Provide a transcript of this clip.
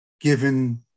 given